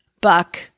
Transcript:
buck